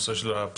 הנושא של הפסדים,